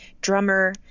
drummer